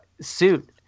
suit